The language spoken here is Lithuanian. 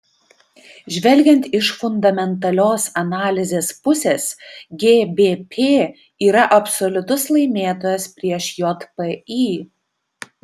žvelgiant iš fundamentalios analizės pusės gbp yra absoliutus laimėtojas prieš jpy